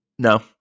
No